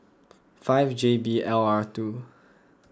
five J B L R two